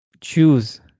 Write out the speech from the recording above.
choose